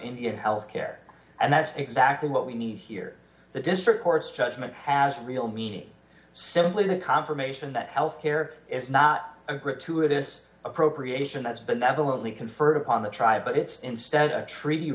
indian health care and that's exactly what we need here the district court's judgment has real meaning simply the confirmation that health care is not a gratuitous appropriation that's benevolently conferred upon the tribe but it's instead a treaty